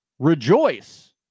Rejoice